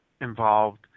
involved